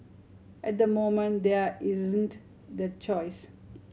at the moment there isn't the choice